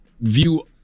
view